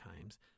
times